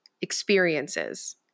experiences